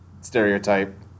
stereotype